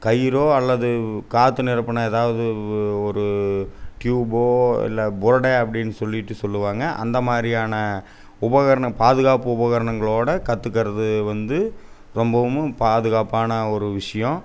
கயிறோ அல்லது காற்று நிரப்புன ஏதாவது ஒரு ட்யூபோ இல்லை அப்படின்னு சொல்லிவிட்டு சொல்லுவாங்க அந்த மாதிரியான உபகரண பாதுகாப்பு உபகரணங்களோடு கத்துக்கிறது வந்து ரொம்பவமும் பாதுகாப்பான ஒரு விஷயம்